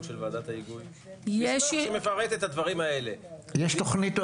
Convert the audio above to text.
של ועדת ההיגוי שמפרט כל מה שהקראת מדיניות,